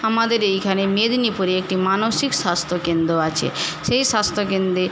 আমাদের এইখানে মেদিনীপুরে একটি মানসিক স্বাস্থ্য কেন্দ্র আছে সেই স্বাস্থ্য কেন্দ্রে